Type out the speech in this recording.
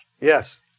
Yes